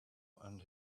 and